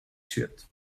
suit